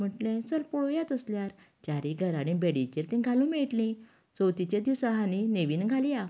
म्हटलें चल पळोवया तसल्यार चारय घरा कडेन बेडीचेर तीं घालूंक मेळटलीं चवथीचें दिसा आसा न्ही नवीन घालया